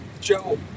Joe